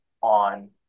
on